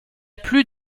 plus